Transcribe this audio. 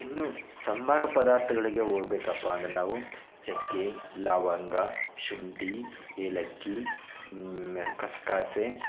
ಇನ್ನೂ ಸಾಂಬಾರು ಪದಾರ್ಥಗಳಿಗೆ ಹೋಗ್ಬೇಕಪ್ಪಾ ಅಂದರೆ ನಾವು ಚಕ್ಕೆ ಲವಂಗ ಶುಂಠಿ ಏಲಕ್ಕಿ ಮೆ ಗಸ್ಕಾಸೇ